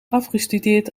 afgestudeerd